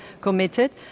committed